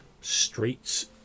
streets